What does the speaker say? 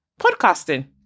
podcasting